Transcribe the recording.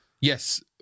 Yes